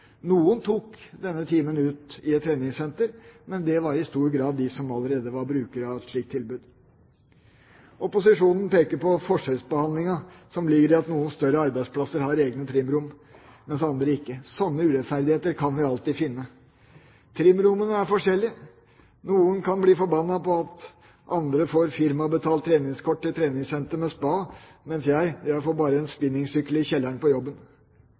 Noen tok ut denne timen i et treningssenter, men det var i stor grad de som allerede var brukere av et slikt tilbud. Opposisjonen peker på forskjellsbehandlingen som ligger i at noen større arbeidsplasser har egne trimrom, mens andre ikke har det. Slike urettferdigheter kan vi alltid finne. Trimrommene er forskjellige. Noen kan bli forbannet på at andre får firmabetalt treningskort til treningssenter med spa, mens jeg bare får en spinningsykkel i kjelleren på jobben.